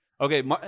Okay